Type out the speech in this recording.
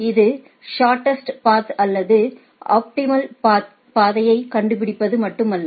இது shortest path அல்லது optimal path பாதையை கண்டுபிடிப்பது மட்டுமல்ல